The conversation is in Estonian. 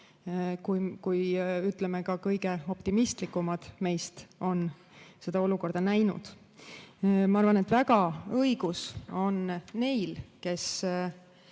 kui ka kõige optimistlikumad meist on seda olukorda [ette] näinud. Ma arvan, et õigus on neil, kes